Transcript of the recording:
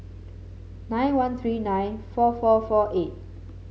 nine one three nine four four four eight